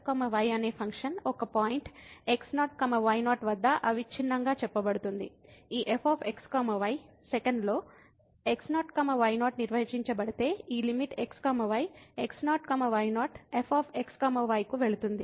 ఈ f x y సెకనులో x0 y0 నిర్వచించబడితే ఈ limit x y x0 y0 f x y కు వెళుతుంది